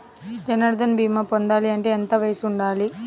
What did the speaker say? జన్ధన్ భీమా పొందాలి అంటే ఎంత వయసు ఉండాలి?